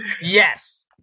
yes